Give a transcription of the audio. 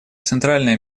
центральное